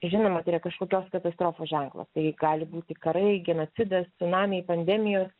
žinomatai yra kažkokios katastrofos ženklas tai gal būti karai genocidas cunamiai pandemijos